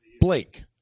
blake